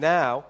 now